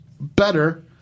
better